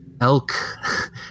Elk